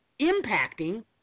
impacting